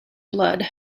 blood